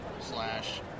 slash